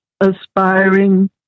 aspiring